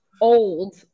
old